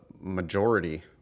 majority